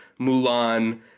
Mulan